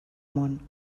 món